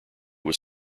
was